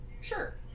Sure